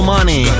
Money